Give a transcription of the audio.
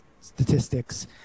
statistics